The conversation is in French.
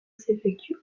s’effectue